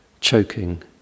Choking